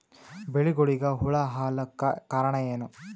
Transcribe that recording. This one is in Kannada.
ಬೆಳಿಗೊಳಿಗ ಹುಳ ಆಲಕ್ಕ ಕಾರಣಯೇನು?